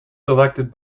selected